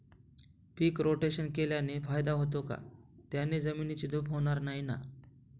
पीक rotation केल्याने फायदा होतो का? त्याने जमिनीची धूप होणार नाही ना?